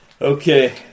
Okay